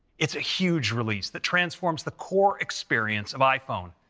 it's a huge release that transforms the core experience of iphone,